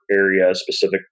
area-specific